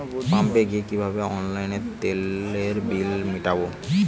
পাম্পে গিয়ে কিভাবে অনলাইনে তেলের বিল মিটাব?